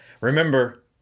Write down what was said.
Remember